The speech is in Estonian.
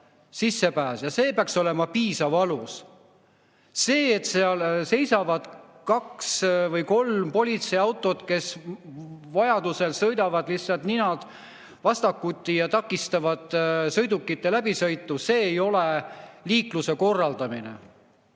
sissepääs ja see peaks olema piisav alus. See, et seal seisavad kaks või kolm politseiautot, kes vajadusel sõidavad lihtsalt ninad vastakuti ja takistavad sõidukite läbisõitu, ei ole liikluse korraldamine.